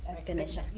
recognition. yeah,